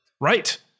Right